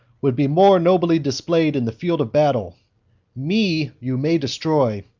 would be more nobly displayed in the field of battle me you may destroy,